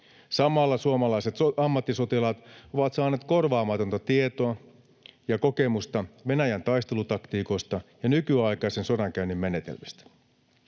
Samalla suomalaiset ammattisotilaat ovat saaneet korvaamatonta tietoa ja kokemusta Venäjän taistelutaktiikoista ja nykyaikaisen sodankäynnin menetelmistä.